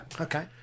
Okay